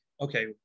okay